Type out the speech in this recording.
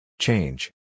Change